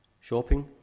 shopping